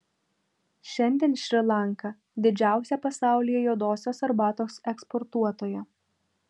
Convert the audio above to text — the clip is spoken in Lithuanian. šiandien šri lanka didžiausia pasaulyje juodosios arbatos eksportuotoja